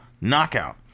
Knockout